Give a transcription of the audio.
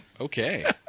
Okay